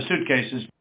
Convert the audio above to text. suitcases